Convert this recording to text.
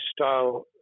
style